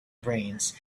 brains